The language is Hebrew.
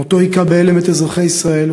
מותו הכה בהלם את אזרחי ישראל,